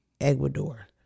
Ecuador